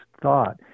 thought